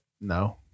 No